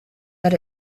that